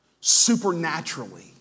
supernaturally